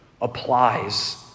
applies